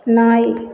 நாய்